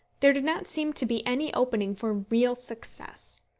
there did not seem to be any opening for real success.